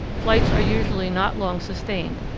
flights are usually not long sustained,